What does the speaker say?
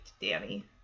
Danny